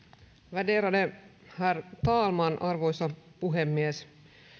värderade herr talman arvoisa puhemies